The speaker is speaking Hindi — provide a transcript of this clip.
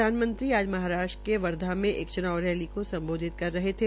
प्रधानमंत्री आज महाराष्ट्र के वर्धा में एक च्नाव रैली को सम्बोधित कर रहे थे